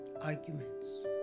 arguments